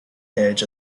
edge